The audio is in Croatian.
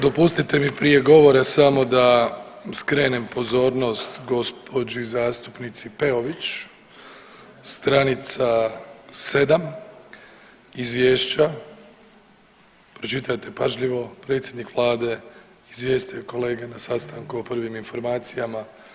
Dopustite mi prije govora samo da skrenem pozornost gospođi zastupnici Peović stranica sedam Izvješća, pročitajte pažljivo predsjednik Vlade izvijestio je kolege na sastanku o prvim informacijama.